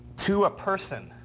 to a person,